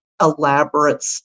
elaborate